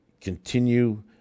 continue